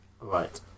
Right